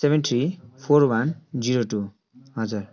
seven three four one zero two हजुर